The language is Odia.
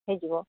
ହୋଇଯିବ